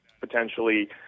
potentially